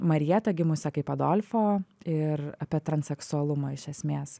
marija ta gimusią kaip adolfo ir apie transseksualumą iš esmės